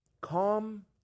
calm